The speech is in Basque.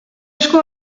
esku